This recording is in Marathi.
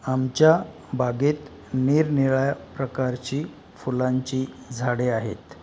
आमच्या बागेत निरनिराळ्या प्रकारची फुलांची झाडे आहेत